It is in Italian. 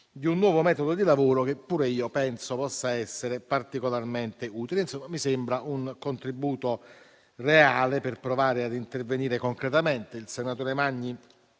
di un nuovo metodo di lavoro che pure io penso possa essere particolarmente utile. Insomma, mi sembra un contributo reale per provare ad intervenire concretamente Il senatore Magni